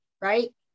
right